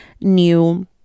new